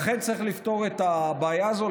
לכן צריך לפתור את הבעיה הזאת.